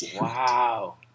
Wow